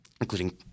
including